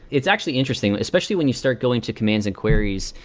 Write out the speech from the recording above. it's actually interesting, especially when you start going to commands and queries,